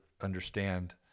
understand